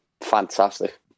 Fantastic